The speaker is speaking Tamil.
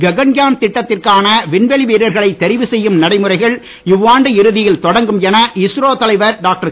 ககன்யான் திட்டத்திற்கான விண்வெளி வீரர்களை தெரிவு செய்யும் நடைமுறைகள் இவ்வாண்டு இறுதியில் தொடங்கும் என இஸ்ரோ தலைவர் டாக்டர்